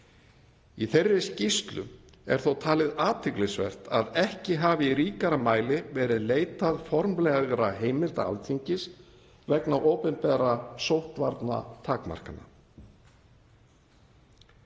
Í þeirri skýrslu er þó talið athyglisvert að ekki hafi í ríkara mæli verið leitað formlegrar heimildar Alþingis vegna opinberra sóttvarnatakmarkana.